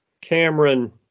Cameron